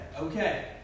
okay